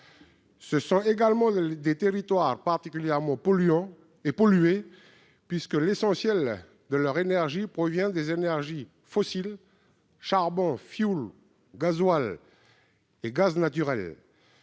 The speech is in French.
Ce sont également des territoires particulièrement polluants et pollués, puisque l'essentiel de leur énergie provient des énergies fossiles : charbon, fioul, gasoil et gaz naturel.